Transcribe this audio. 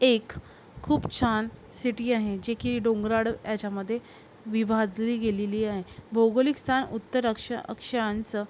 एक खूप छान सिटी आहे जे की डोंगराळ याच्यामध्ये विभागली गेलेली आहे भौगोलिक सान उत्तर अक्ष अक्षांचं